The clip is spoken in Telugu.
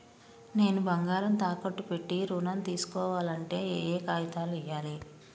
నేను బంగారం తాకట్టు పెట్టి ఋణం తీస్కోవాలంటే ఏయే కాగితాలు ఇయ్యాలి?